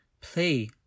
Play